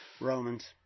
Romans